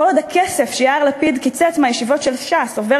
כל עוד הכסף שיאיר לפיד קיצץ מהישיבות של